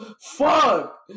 Fuck